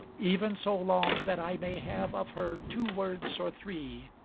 even so long that i may have of her two words or three,